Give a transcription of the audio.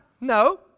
No